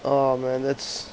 !aww! man that's